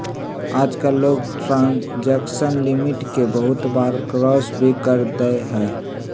आजकल लोग transaction limit के बहुत बार क्रास भी कर देते हई